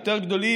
יותר גדולה,